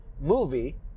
movie